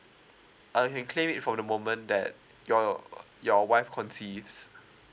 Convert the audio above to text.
uh you can claim it from the moment that your your wife conceived